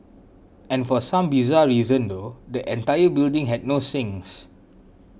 and for some bizarre reason though the entire building had no sinks